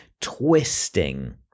twisting